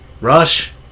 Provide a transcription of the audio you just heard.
Rush